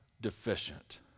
deficient